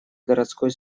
городской